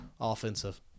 offensive